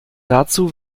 dazu